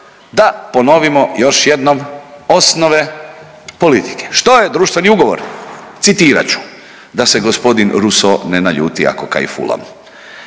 Da ponovimo još jednom osnove politike, što je društveni ugovor? Citirat ću da se g. Rousseau ne naljuti ako kaj fulam.